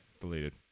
deleted